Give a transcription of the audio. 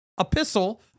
epistle